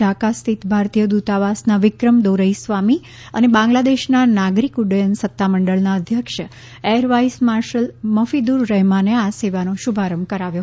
ઢાકા સ્થિત ભારતીય દૂતાવાસના વિક્રમ દોરઇસ્વામી અને બાંગ્લાદેશના નાગરીક ઉદ્દયન સત્તામંડળના અધ્યક્ષ એર વાઇસ માર્શલ મફીદુર રહેમાને આ સેવાનો શુભારંભ કરાવ્યો